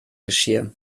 geschirr